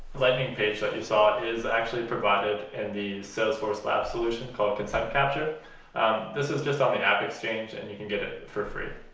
lightning page that you saw is actually provided in and the salesforce lab solution called consent capture this is just on the app exchange and you can get it for free